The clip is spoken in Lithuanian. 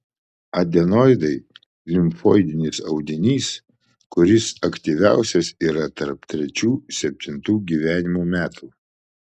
adenoidai limfoidinis audinys kuris aktyviausias yra tarp trečių septintų gyvenimo metų